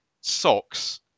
socks